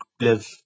live